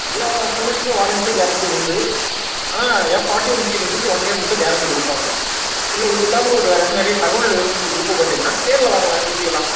எல்லா ஃபோனுக்குமே warranty guarantee உண்டு ஆனா எஃப் ஃபார்ட்டி ஒன் சீரியஸுக்கு ஒன் இயர் மட்டும் கேரண்ட்டி கொடுப்பாங்க இல்லை இது இல்லாமல் உங்களுக்கு வேற ஏதாச்சும் நிறைய தகவல் வேணும் அப்படினு விருப்பப்பட்டீங்கன்னா நேரில் வாங்களேன் பேசிக்கலாம்